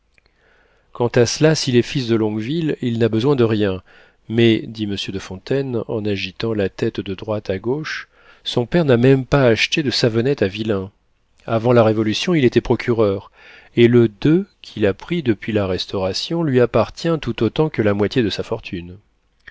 quant à cela s'il est fils de longueville il n'a besoin de rien mais dit monsieur de fontaine en agitant la tête de droite à gauche son père n'a pas même acheté de savonnette à vilain avant la révolution il était procureur et le de qu'il a pris depuis la restauration lui appartient tout autant que la moitié de sa fortune